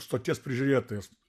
stoties prižiūrėtojas